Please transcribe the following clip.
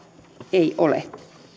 ei ole